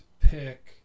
pick